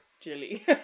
Jilly